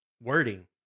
wording